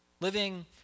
Living